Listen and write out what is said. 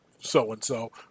so-and-so